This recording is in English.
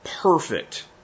perfect